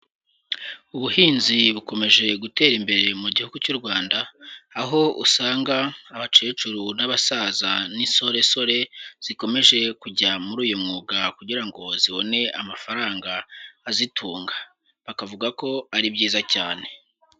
Ubuhinzi bukomeje gutera imbere mu gihugu cy'u Rwanda, aho usanga abakecuru n'abasaza n'insoresore zikomeje kujya muri uyu mwuga kugira ngo zibone amafaranga azitunga, bakavuga ko ari byiza cyane.